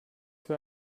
für